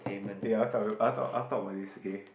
eh I want talk I want to talk I want talk about this okay